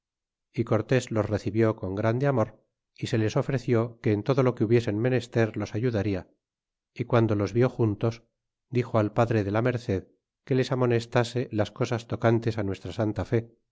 y cortés los recibió con grande amor y se les ofreció que en todo lo que hubiesen menester los ayudarla y guando los vi juntos dixo al padre de la merced que les amonestase las cosas tocantes nuestra santa fe